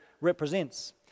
represents